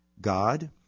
God